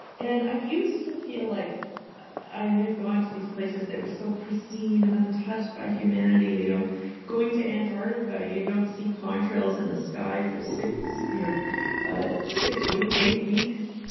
and used to feel like i had gone to these places that were so pristine and untouched by humanity. you know going to antarctica you don't see contrails in the sky for six you know ah six weeks, eight weeks.